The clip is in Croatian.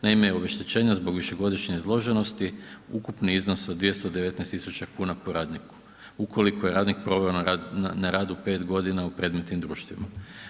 Naime, obeštećenja zbog višegodišnje izloženosti ukupni iznos od 219 000 kuna po radnika ukoliko je radnik proveo na radu 5 g. u predmetnim društvima.